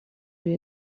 روی